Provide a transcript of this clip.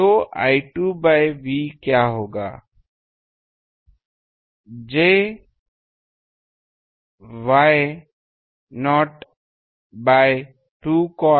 तो I2 by V क्या होगा j Y0 by 2 cot k0 l by 2